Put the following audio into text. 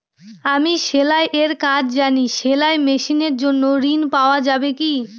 আমি সেলাই এর কাজ জানি সেলাই মেশিনের জন্য ঋণ পাওয়া যাবে কি?